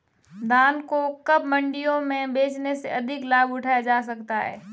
धान को कब मंडियों में बेचने से अधिक लाभ उठाया जा सकता है?